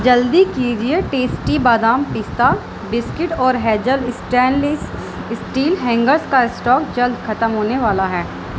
جلدی کیجیے ٹیسٹی بادام پستہ بسکٹ اور ہیجل اسٹین لیس اسٹیل ہینگرس کا اسٹاک جلد ختم ہونے والا ہے